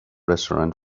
restaurant